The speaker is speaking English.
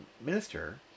minister